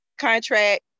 Contract